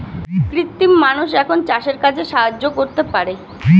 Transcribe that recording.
কৃত্রিম মানুষ এখন চাষের কাজে সাহায্য করতে পারে